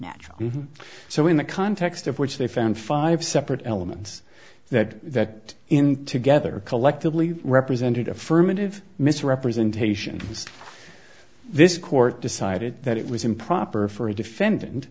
natural so in the context of which they found five separate elements that in together collectively represented affirmative misrepresentations this court decided that it was improper for a defendant